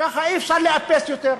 כך שאי-אפשר לאפס יותר.